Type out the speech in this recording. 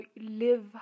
live